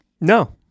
No